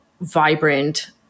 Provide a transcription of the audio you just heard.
vibrant